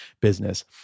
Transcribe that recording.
business